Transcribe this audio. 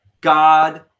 God